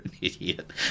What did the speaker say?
idiot